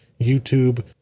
YouTube